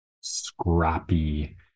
scrappy